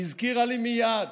היא הזכירה לי מייד